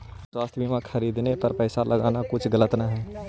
स्वास्थ्य बीमा खरीदने पर पैसा लगाना कुछ गलत न हई